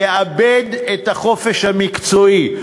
יאבד את החופש המקצועי.